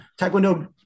Taekwondo